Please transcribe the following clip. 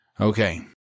Okay